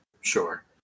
sure